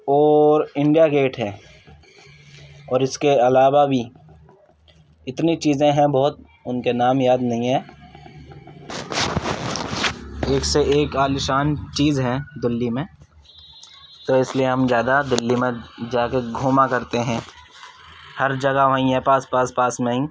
اور India gate ہے اور اس کے علاوہ بھی اتنی چیزیں ہیں بہت ان کے نام یاد نہیں ہیں ایک سے ایک عالی شان چیز ہیں دلّی میں تو اس لیے ہم زیادہ دلّی میں جا کے گھوما کرتے ہیں ہر جگہ وہیں ہے پاس پاس پاس میں ہی